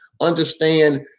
understand